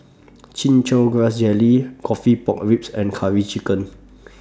Chin Chow Grass Jelly Coffee Pork Ribs and Curry Chicken